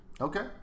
Okay